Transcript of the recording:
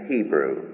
Hebrew